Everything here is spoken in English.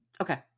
Okay